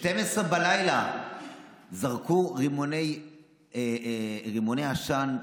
ב-24:00 זרקו רימוני עשן,